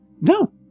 No